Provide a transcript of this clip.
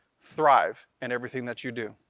thrive in everything that you do.